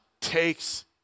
takes